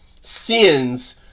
sins